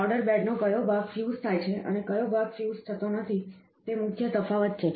powder bed નો કયો ભાગ ફ્યુઝ થાય છે અને કયો ભાગ ફ્યુઝ નથી થતો તે મુખ્ય તફાવત છે